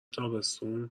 تابستون